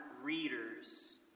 readers